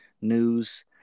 news